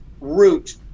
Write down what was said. route